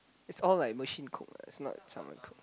it's all like machine cook lah it's not like someone cook